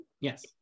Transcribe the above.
yes